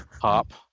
pop